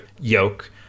yoke